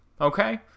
okay